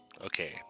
Okay